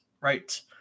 Right